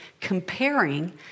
comparing